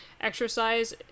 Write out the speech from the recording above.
exercise